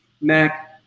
Mac